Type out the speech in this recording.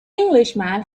englishman